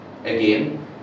again